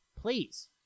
please